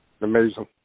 Amazing